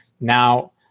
Now